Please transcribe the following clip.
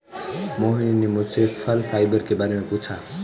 मोहिनी ने मुझसे फल फाइबर के बारे में पूछा